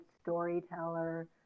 storyteller